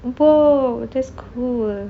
!wow! that's cool